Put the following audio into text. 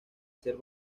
ser